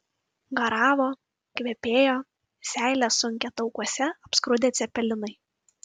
garavo kvepėjo seilę sunkė taukuose apskrudę cepelinai